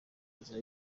nzira